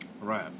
Right